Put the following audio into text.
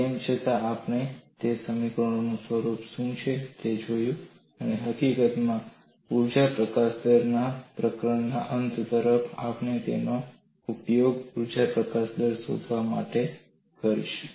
તેમ છતાં આપણે તે સમીકરણોનું સ્વરૂપ શું છે તે જોયું અને હકીકતમાં ઊર્જા પ્રકાશન દરના પ્રકરણના અંત તરફ આપણે તેનો ઉપયોગ ઊર્જા પ્રકાશન દર શોધવા માટે કરીશું